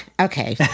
okay